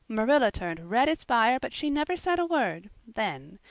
marilla turned red as fire but she never said a word then.